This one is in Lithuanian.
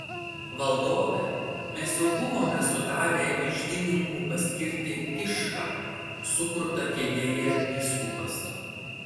valdove mes jau buvome sutarę iždininku paskirti kišką sukruta kėdėje vyskupas